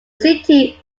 city